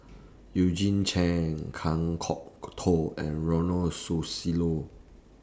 Eugene Chen Kan Kwok Toh and Ronald Susilo